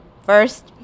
first